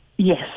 Yes